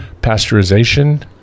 Pasteurization